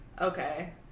Okay